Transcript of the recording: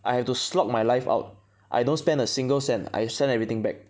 I have to slog my life out I don't spend a single cent I send everything back